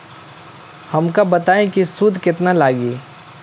हमका बताई कि सूद केतना लागी?